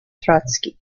trotsky